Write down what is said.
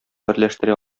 берләштерә